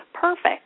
Perfect